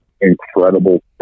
incredible